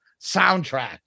soundtrack